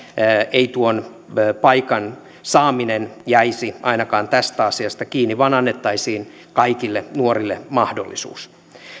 ei tuon paikan saaminen jäisi ainakaan tästä asiasta kiinni vaan annettaisiin kaikille nuorille mahdollisuus